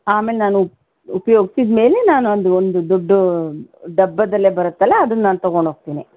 ಆಮೇಲೆ ನಾನು ಉಪಯೋಗ್ಸಿದ್ಮೇಲೆ ನಾನು ಒಂದು ಒಂದು ದೊಡ್ದ ಡಬ್ಬದಲ್ಲೇ ಬರುತ್ತಲ ಅದನ್ನ ನಾನು ತಗೊಂಡು ಹೋಗ್ತೇನೆ